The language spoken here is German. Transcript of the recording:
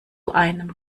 einem